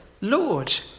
Lord